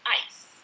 ice